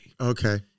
Okay